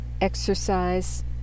exercise